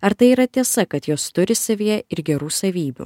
ar tai yra tiesa kad jos turi savyje ir gerų savybių